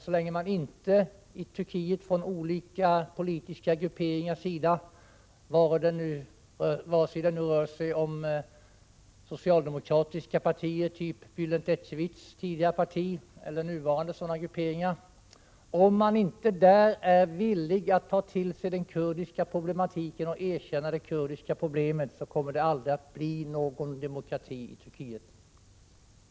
Så länge man i Turkiet inte från olika politiska grupperingars sida — vare sig det rör sig om socialdemokratiska partier av typ Bälent Ecevits tidigare parti eller nuvarande sådana grupperingar — är villig att ta till sig den kurdiska problematiken och erkänna det kurdiska problemet, kommer det aldrig att bli någon demokrati i Turkiet.